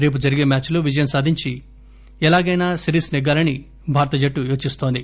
రేపు జరిగే మ్యాచ్ లో విజయం సాధించి ఎలాగైనా సిరీస్ నెగ్గాలని భారత జట్టు యోచిస్తోంది